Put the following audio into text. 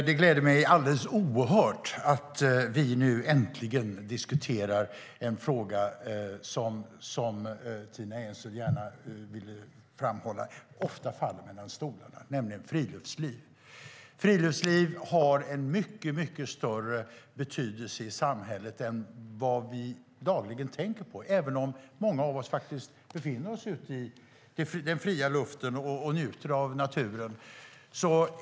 Fru talman! Det gläder mig oerhört att vi nu äntligen diskuterar en fråga som ofta - som Tina Ehn framhöll - faller mellan stolarna, nämligen friluftslivet. Friluftsliv har en mycket större betydelse i samhället än vad vi dagligen tänker på, även om många av oss brukar befinna oss i den friska luften och njuter av naturen.